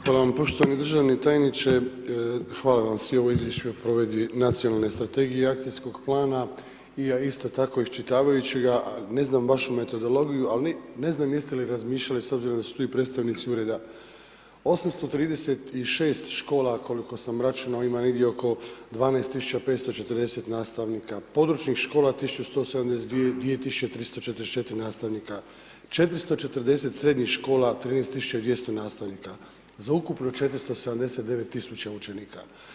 Hvala vam poštovani državni tajniče, hvala vam svima u izvješću o provedbi nacionalne strategije akcijskog plana i ja isto tako isčitavajući ga, ne znam baš u metodologiju, ali ne znam jeste li razmišljali s obzirom da su svi predstavnici ureda 836 škola koliko sam računao ima negdje oko 12540 nastavnika, područnih škola 1172, 2344 nastavnika, 440 srednjih škola, 13200 nastavnika, za ukupno 479 000 učenika.